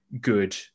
good